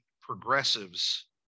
progressives